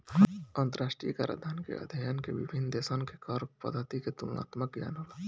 अंतरराष्ट्रीय कराधान के अध्ययन से विभिन्न देशसन के कर पद्धति के तुलनात्मक ज्ञान होला